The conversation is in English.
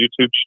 YouTube